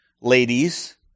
ladies